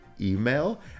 email